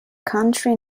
country